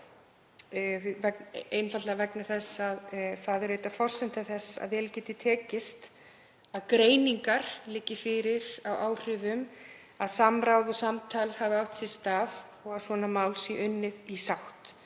einfaldlega vegna þess að það er forsenda þess að vel geti tekist til að greining liggi fyrir á áhrifum, að samráð og samtal hafi átt sér stað og að svona mál sé unnið í sátt.